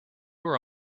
were